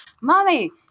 mommy